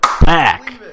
back